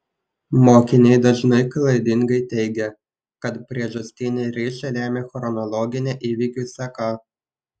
mokiniai dažnai klaidingai teigia kad priežastinį ryšį lemia chronologinė įvykių seka